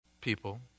people